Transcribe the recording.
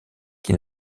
qui